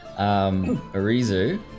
Arizu